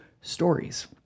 stories